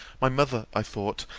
my mother, i thought,